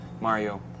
Mario